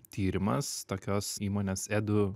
tyrimas tokios įmonės edu